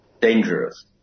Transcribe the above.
dangerous